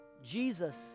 Jesus